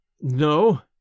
No